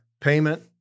Payment